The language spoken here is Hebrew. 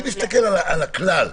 אני מסתכל על הכלל.